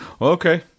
Okay